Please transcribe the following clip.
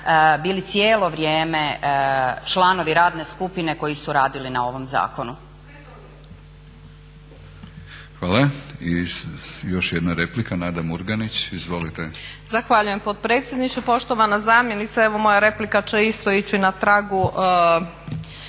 bili cijelo vrijeme članovi radne skupine koji su radili na ovom zakonu. **Batinić, Milorad (HNS)** Hvala. I još jedna replika, Nada Murganić izvolite. **Murganić, Nada (HDZ)** Zahvaljujem potpredsjedniče. Poštovana zamjenice evo moja replika će isto ići na tragu